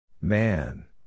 Man